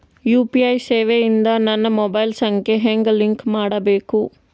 UPI ಸೇವೆ ಇಂದ ನನ್ನ ಮೊಬೈಲ್ ಸಂಖ್ಯೆ ಹೆಂಗ್ ಲಿಂಕ್ ಮಾಡಬೇಕು?